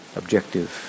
objective